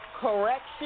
Correction